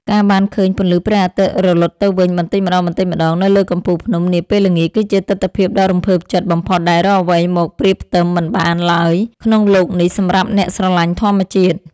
ការបានឃើញពន្លឺព្រះអាទិត្យរលត់ទៅវិញបន្តិចម្ដងៗនៅលើកំពូលភ្នំនាពេលល្ងាចគឺជាទិដ្ឋភាពដ៏រំភើបចិត្តបំផុតដែលរកអ្វីមកប្រៀបផ្ទឹមមិនបានឡើយក្នុងលោកនេះសម្រាប់អ្នកស្រឡាញ់ធម្មជាតិ។